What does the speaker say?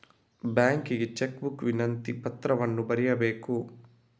ಬ್ಯಾಂಕಿಗೆ cheque book ವಿನಂತಿ ಪತ್ರವನ್ನು ಬರೆಯಬೇಕು